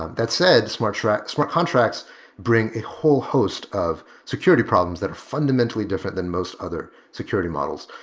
um that said, smart contracts smart contracts bring a whole host of security problems that are fundamentally different than most other security models.